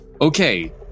okay